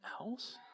else